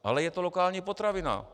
Ale je to lokální potravina.